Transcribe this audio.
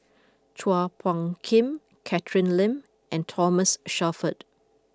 Chua Phung Kim Catherine Lim and Thomas Shelford